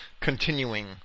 Continuing